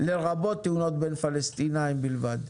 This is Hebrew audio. לרבות תאונות בין פלסטינאים בלבד.